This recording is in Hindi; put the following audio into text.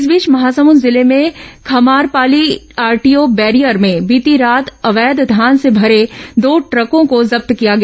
इस बीच महासमुंद जिले में खमारपाली आरटीओ बैरियर में बीती रात अवैध धान से भरे दो ट्रकों को जब्त किया गया